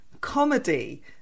comedy